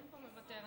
לא מוותר.